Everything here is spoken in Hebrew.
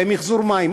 במִחזור מים,